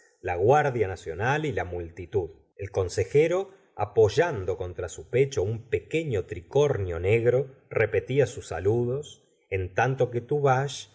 la guardia nacional y la multitud el consejero apoyando contra su pecho un pequen tricornio negro repetía sus saludos en tanto que